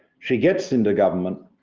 she gets into government,